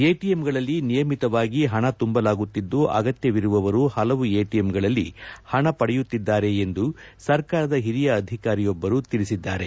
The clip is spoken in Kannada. ಎಟಿಎಂಗಳಲ್ಲಿ ನಿಯಮಿತವಾಗಿ ಪಣ ತುಂಬಲಾಗುತ್ತಿದ್ದು ಅಗತ್ತವಿರುವವರು ಪಲವು ಎಟಿಂಗಳಲ್ಲಿ ಪಣ ಪಡೆಯುತ್ತಿದ್ದಾರೆ ಎಂದು ಸರ್ಕಾರದ ಹಿರಿಯ ಅಧಿಕಾರಿಯೊಬ್ಬರು ತಿಳಿಸಿದ್ದಾರೆ